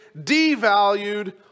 devalued